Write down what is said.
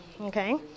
Okay